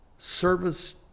service